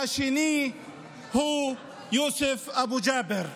והשני הוא יוסף אבו ג'אבר.